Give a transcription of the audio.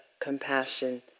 compassion